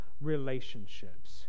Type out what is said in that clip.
relationships